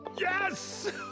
Yes